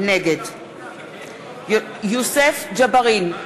נגד יוסף ג'בארין,